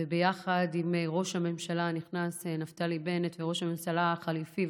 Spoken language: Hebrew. וביחד עם ראש הממשלה הנכנס נפתלי בנט וראש הממשלה החליפי,